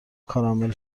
کارامل